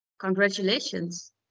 Congratulations